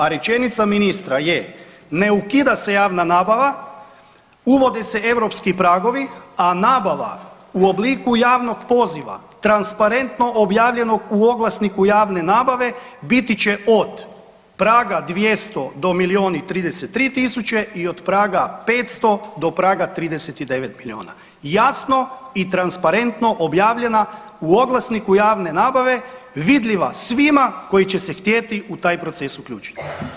A rečenica ministra je, ne ukida se javna nabava, uvode se europski pragovi, a nabava u obliku javnog poziva transparentno objavljenog u oglasniku javne nabave biti će od praga 200 do milion i 233 tisuće i od praga 500 do praga 39 miliona, jasno i transparentno objavljena u oglasniku javne nabave, vidljiva svima koji će se htjeti u taj proces uključiti.